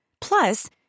Plus